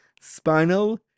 spinal